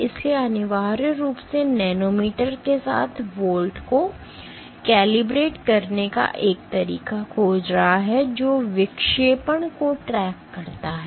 इसलिए अनिवार्य रूप से नैनोमीटर के साथ वोल्ट को कैलिब्रेट करने का एक तरीका खोज रहा है जो विक्षेपण को ट्रैक करता है